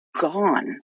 gone